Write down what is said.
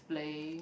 play